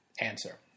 answer